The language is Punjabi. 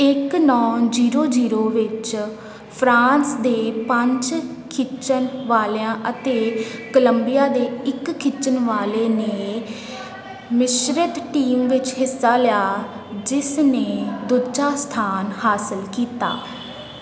ਇੱਕ ਨੌਂ ਜੀਰੋ ਜੀਰੋ ਵਿੱਚ ਫਰਾਂਸ ਦੇ ਪੰਜ ਖਿੱਚਣ ਵਾਲਿਆਂ ਅਤੇ ਕੋਲੰਬੀਆ ਦੇ ਇੱਕ ਖਿੱਚਣ ਵਾਲੇ ਨੇ ਮਿਸ਼ਰਤ ਟੀਮ ਵਿੱਚ ਹਿੱਸਾ ਲਿਆ ਜਿਸ ਨੇ ਦੂਜਾ ਸਥਾਨ ਹਾਸਲ ਕੀਤਾ